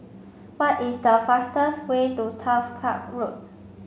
what is the fastest way to Turf Club Road